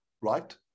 right